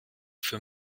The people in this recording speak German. für